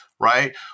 Right